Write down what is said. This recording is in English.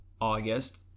august